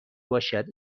باشد